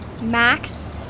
Max